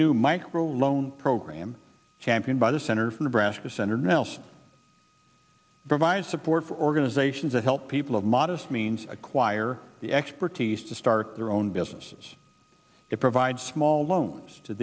new micro loan program championed by the senator from nebraska senator nelson provides support for organizations that help people of modest means acquire the expertise to start their own businesses that provide small loans to